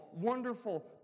wonderful